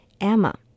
Emma